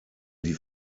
die